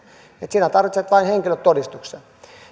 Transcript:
että sinä tarvitset vain henkilötodistuksen